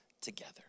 together